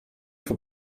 für